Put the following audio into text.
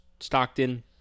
Stockton